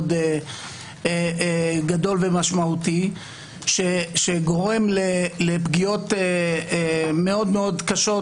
גדול ומשמעותי שגורם לפגיעות מאוד מאוד קשות,